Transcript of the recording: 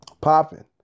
popping